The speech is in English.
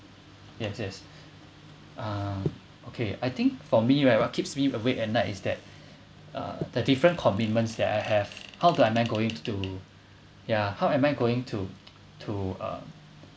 yes yes um okay I think for me right what keeps me awake at night is that uh the different commitments that I have how do I am I going to do ya how am I going to to uh